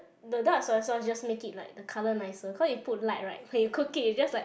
the dark soya sauce just make it like color nicer because you put light right when you cook it is just like